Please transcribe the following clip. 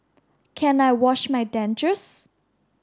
can I wash my dentures